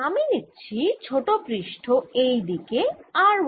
তাই পরিবাহিত সমস্ত পৃষ্ঠ সমবিভব পৃষ্ঠ হয় কারণ পরিবাহিতে তে সর্বত্র সমান বিভব হয়